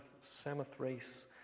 Samothrace